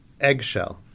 eggshell